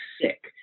sick